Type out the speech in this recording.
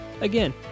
Again